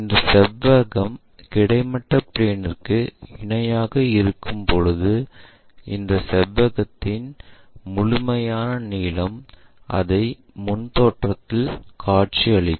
இந்த செவ்வகம் கிடைமட்ட பிளேன்ற்கு இணையாக இருக்கும்போது இந்த செவ்வகத்தின் முழுமையான நீளம் அதை முன் தோற்றத்தில் காட்சி அளிக்கும்